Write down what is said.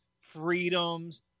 freedoms